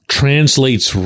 translates